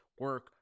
Work